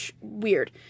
weird